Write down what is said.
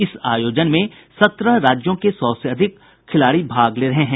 इस आयोजन में सत्रह राज्यों के सौ से अधिक शतरंज खिलाड़ी भाग ले रहे हैं